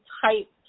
type